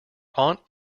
aunt